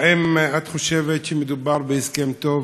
האם את חושבת שמדובר בהסכם טוב?